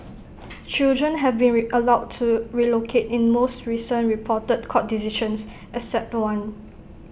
children have been allowed to relocate in most recent reported court decisions except one